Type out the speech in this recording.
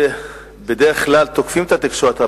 בדרך כלל תוקפים את התקשורת.